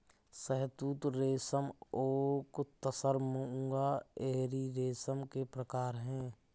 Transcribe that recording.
शहतूत रेशम ओक तसर मूंगा एरी रेशम के प्रकार है